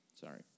Sorry